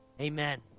Amen